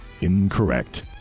Incorrect